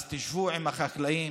אז תשבו עם החקלאים,